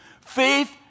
faith